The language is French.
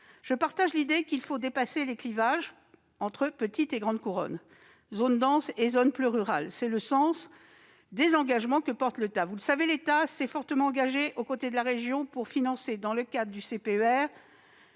Je partage l'idée qu'il faut dépasser les clivages entre petite et grande couronne, zones denses et zones plus rurales. Tel est le sens des engagements de l'État, puisque, vous le savez, celui-ci s'est fortement engagé aux côtés de la région pour financer à hauteur de 1,4